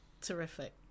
terrific